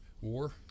war